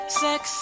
sex